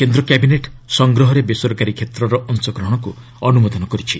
କେନ୍ଦ୍ର କ୍ୟାବିନେଟ୍ ସଂଗ୍ରହରେ ବେସରକାରୀ କ୍ଷେତ୍ରର ଅଂଶଗ୍ରହଣକୁ ଅନୁମୋଦନ କରିଛି